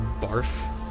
barf